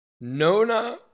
Nona